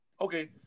Okay